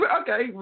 Okay